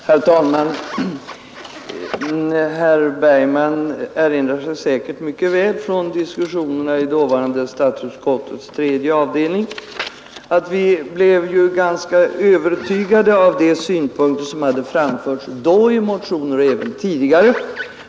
Herr talman! Herr Bergman erinrar sig säkert mycket väl från diskussionerna i dåvarande statsutskottets tredje avdelning att vi blev ganska övertygade av de synpunkter som i motioner hade framförts då och även tidigare.